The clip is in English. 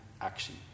action